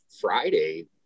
Friday